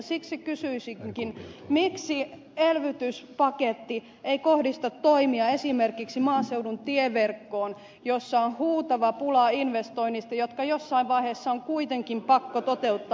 siksi kysyisinkin miksi elvytyspaketti ei kohdista toimia esimerkiksi maaseudun tieverkkoon jossa on huutava pula investoinneista jotka jossain vaiheessa on kuitenkin pakko toteuttaa